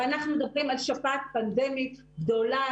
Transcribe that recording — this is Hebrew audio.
ואנחנו מדברים על שפעת פנדמית גדולה,